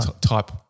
type